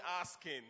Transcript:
asking